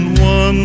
One